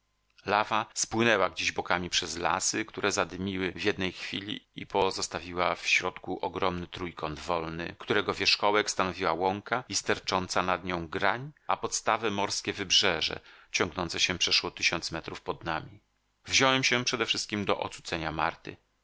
lawa spłynęła gdzieś bokami przez lasy które zadymiły w jednej chwili i pozostawiła w środku ogromny trójkąt wolny którego wierzchołek stanowiła łąka i stercząca nad nią grań a podstawę morskie wybrzeże ciągnące się przeszło tysiąc metrów pod nami wziąłem się przedewszystkiem do ocucenia marty